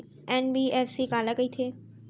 NBFC काला कहिथे?